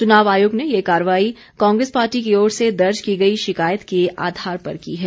चुनाव आयोग ने ये कार्रवाई कांग्रेस पार्टी की ओर से दर्ज की गई शिकायत के आधार पर की है